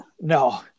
No